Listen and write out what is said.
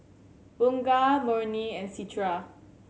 Bunga Murni and Citra